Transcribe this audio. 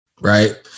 right